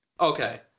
Okay